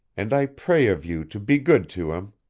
and i pray of you to be good to him.